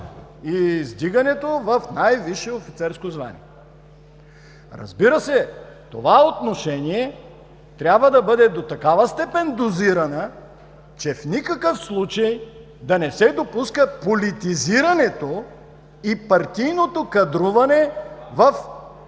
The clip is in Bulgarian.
издигането в най-висше офицерско звание. Разбира се, това отношение трябва да бъде до такава степен дозирано, че в никакъв случай да не се допуска политизирането и партийното кадруване при